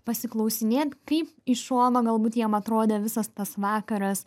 pasiklausinėt kaip iš šono galbūt jiem atrodė visas tas vakaras